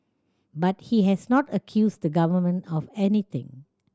but he has not accused the Government of anything